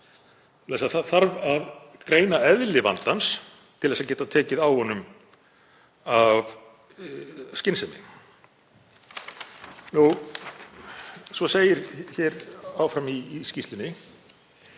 það þarf að greina eðli vandans til að geta tekið á honum af skynsemi. Svo segir hér áfram í skýrslunni: